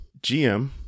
GM